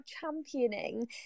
championing